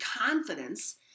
confidence